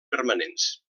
permanents